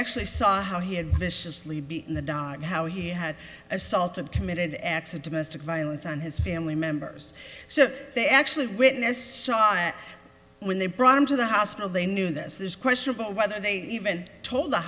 actually saw how he had viciously beaten the da and how he had assaulted committed acts of domestic violence and his family members so they actually witness saw that when they brought him to the hospital they knew this is questionable whether they even told